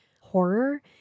horror